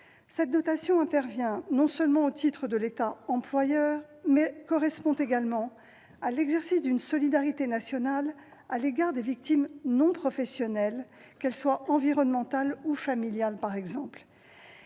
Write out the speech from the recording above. Cette dotation intervient au titre de l'État employeur, mais correspond également à l'exercice d'une solidarité nationale à l'égard des victimes non professionnelles, qu'elles soient environnementales ou familiales, par exemple.